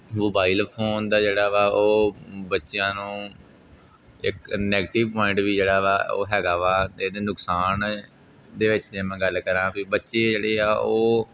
mobile phone ਦਾ ਜਿਹੜਾ ਵਾ ਉਹ ਬੱਚਿਆਂ ਨੂੰ ਇੱਕ ਨੈਗਟਿਵ ਪੁਆਇੰਟ ਵੀ ਜਿਹੜਾ ਵਾ ਉਹ ਹੈਗਾ ਵਾ ਅਤੇ ਇਹਦੇ ਨੁਕਸਾਨ ਦੇ ਵਿੱਚ ਜੇ ਮੈਂ ਗੱਲ ਕਰਾਂ ਵੀ ਬੱਚੇ ਜਿਹੜੇ ਆ ਉਹ